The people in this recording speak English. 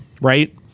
Right